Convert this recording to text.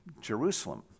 Jerusalem